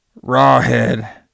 Rawhead